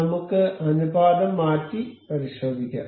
നമുക്ക് അനുപാതം മാറ്റി പരിശോധിക്കാം